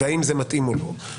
והאם זה מתאים או לא,